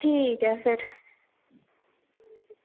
ठीक ऐ फिर